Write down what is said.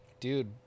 dude